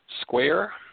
square